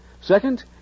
Second